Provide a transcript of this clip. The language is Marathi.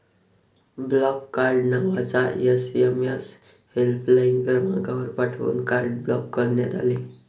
ब्लॉक कार्ड नावाचा एस.एम.एस हेल्पलाइन क्रमांकावर पाठवून कार्ड ब्लॉक करण्यात आले